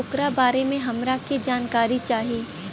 ओकरा बारे मे हमरा के जानकारी चाही?